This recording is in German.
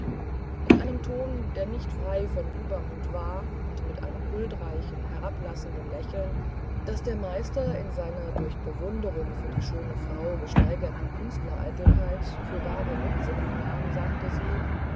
in einem ton der nicht frei von übermut war und mit einem huldreichen herablassenden lächeln das der meister in seiner durch bewunderung für die schöne frau gesteigerten künstlereitelkeit für bare münze hinnahm sagte sie